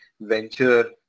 venture